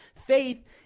faith